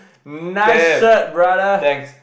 nice shirt brother